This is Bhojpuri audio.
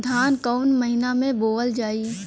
धान कवन महिना में बोवल जाई?